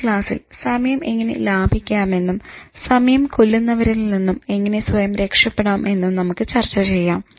അടുത്ത ക്ലാസ്സിൽ സമയം എങ്ങനെ ലാഭിക്കാമെന്നും സമയം കൊല്ലുന്നവരിൽ നിന്നും എങ്ങനെ സ്വയം രക്ഷപെടാം എന്നും നമുക്ക് ചർച്ച ചെയ്യാം